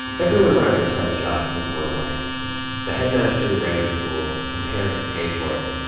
everyone around her saw her job in this one way the headmaster who ran the school, the parents who paid for it.